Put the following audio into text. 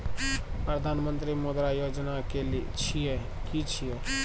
प्रधानमंत्री मुद्रा योजना कि छिए?